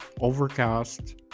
overcast